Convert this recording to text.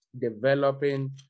Developing